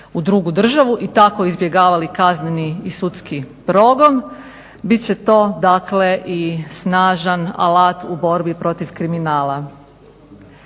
u drugu državu i tako izbjegavali kazneni i sudski progon. Bit će to dakle i snažan alat u borbi protiv kriminala.